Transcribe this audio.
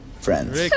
friends